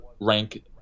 rank